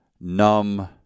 numb